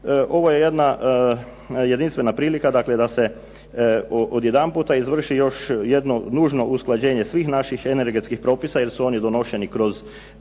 Ovo je jedna jedinstvena prilika da se odjedanputa izvrši još jedno nužno usklađenje svih naših energetskih propisa jer su oni donošeni kroz